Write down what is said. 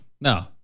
No